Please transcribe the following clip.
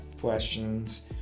Questions